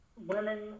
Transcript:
women